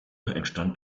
entstand